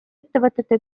ettevõtete